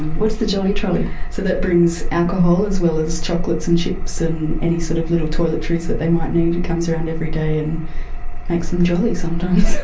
what's the jolly trolley? so that brings alcohol as well as chocolates and chips and any sort of little toiletries that they might need, it comes around every day and makes them jolly sometimes.